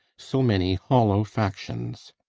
so many hollow factions.